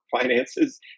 finances